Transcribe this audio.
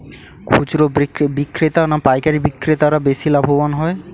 খুচরো বিক্রেতা না পাইকারী বিক্রেতারা বেশি লাভবান হয়?